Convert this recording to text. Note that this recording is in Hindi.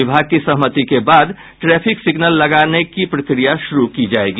विभाग की सहमति के बाद ट्रैफिक सिग्नल लगाने की प्रक्रिया शुरू की जायेगी